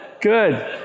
good